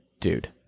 dude